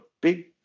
big